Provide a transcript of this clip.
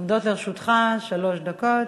עומדות לרשותך שלוש דקות.